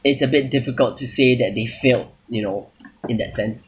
it's a bit difficult to say that they failed you know in that sense